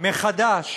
מחדש